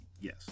Yes